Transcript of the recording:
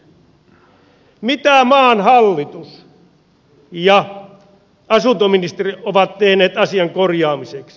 mitä maan hallitus ja asuntoministeri ovat tehneet asian korjaamiseksi